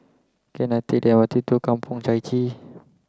can I take the M R T to Kampong Chai Chee